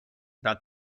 about